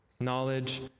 knowledge